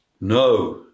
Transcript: No